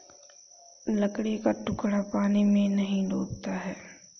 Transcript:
लकड़ी का टुकड़ा पानी में नहीं डूबता है